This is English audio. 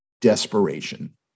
desperation